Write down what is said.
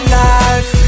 life